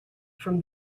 from